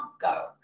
go